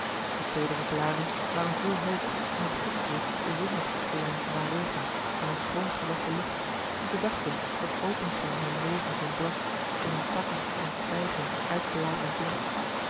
de teedere blâren waren vol hoop omdat gisteren de zon had geschenen na regen aan een schoon gewasschen lucht en zij dachten dat openging hun leven van blad van aan takken en twijgen uitbladerend blad